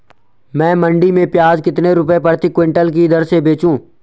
मैं मंडी में प्याज कितने रुपये प्रति क्विंटल की दर से बेचूं?